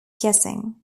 guessing